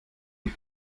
die